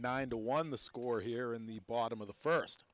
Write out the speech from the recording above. nine to one the score here in the bottom of the first